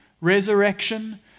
resurrection